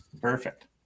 Perfect